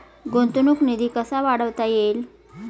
गुंतवणूक निधी कसा वाढवता येईल?